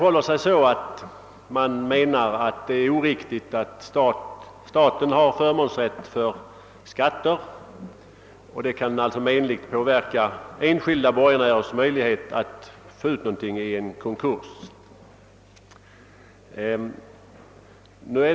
: Enligt motionen är det oriktigt att staten skall ha en förmånsrätt för skatter vid konkurs, vilket menligt skulle påverka enskilda: borgenärers möjlighet att få ut något av sina fordringar.